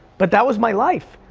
but that was my life,